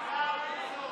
שקורה